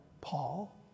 Paul